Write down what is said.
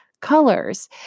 colors